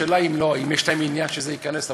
השאלה היא אם יש להם עניין שזה ייכנס לפרוטוקול.